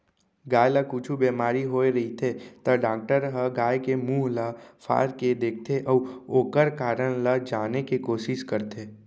गाय ल कुछु बेमारी होय रहिथे त डॉक्टर ह गाय के मुंह ल फार के देखथें अउ ओकर कारन ल जाने के कोसिस करथे